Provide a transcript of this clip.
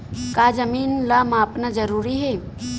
का जमीन ला मापना जरूरी हे?